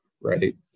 right